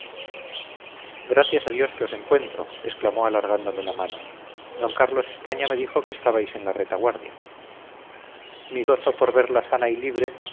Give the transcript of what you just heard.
gracias a dios que os encuentro exclamó alargándome la mano d carlos españa me dijo que estabais en la retaguardia mi gozo por verla sana y libre